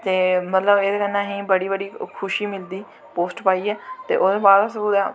ते एह्दै कन्नै असें मतलव बड़ी बड़ी खुशी मिलदी पोस्ट पाईयै ते ओह्दै बाद